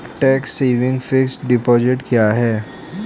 Tax saving fixed deposit क्या है?